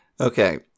Okay